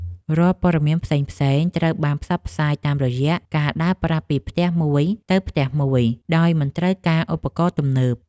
រាល់ព័ត៌មានផ្សេងៗត្រូវបានផ្សព្វផ្សាយតាមរយៈការដើរប្រាប់ពីផ្ទះមួយទៅផ្ទះមួយ ដោយមិនត្រូវការឧបករណ៍ទំនើប។